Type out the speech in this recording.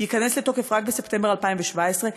ייכנס לתוקף רק בספטמבר 2017,